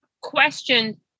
question